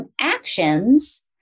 actions